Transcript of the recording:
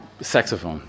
Saxophone